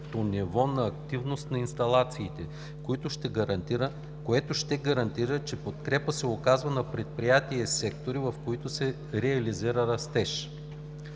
ниво на активност на инсталациите, което ще гарантира, че подкрепа се оказва на предприятията и секторите, в които се реализира растеж.